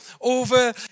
over